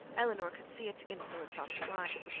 elinor could see its influence on her mind,